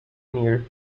near